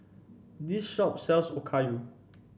this shop sells Okayu